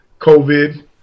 COVID